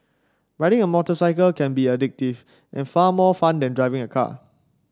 riding a motorcycle can be addictive and far more fun than driving a car